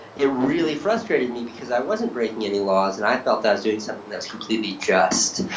it really frustrated me because i wasn't breaking any laws and i felt i was doing something that was completely just.